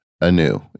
anew